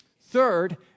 Third